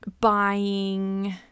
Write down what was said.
buying